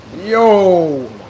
Yo